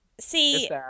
See